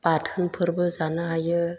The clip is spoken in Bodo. बाथोनफोरबो जानो हायो